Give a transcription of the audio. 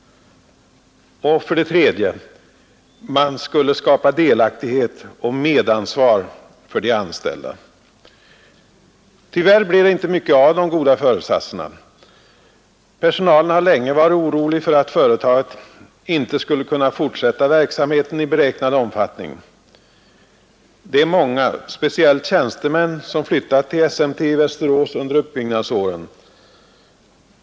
För det tredje skulle man skapa delaktighet och medansvar för de anställda. Tyvärr blev det inte mycket av de goda förutsatserna. Personalen har länge varit orolig för att företaget inte skulle kunna fortsätta verksamheten i beräknad omfattning. Det är många, speciellt tjänstemän, som har flyttat till SMT i Västerås under uppbyggnadsåren.